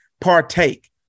partake